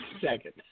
second